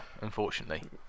unfortunately